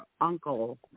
uncle